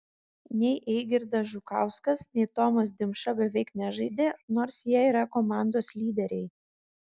nei eigirdas žukauskas nei tomas dimša beveik nežaidė nors jie yra komandos lyderiai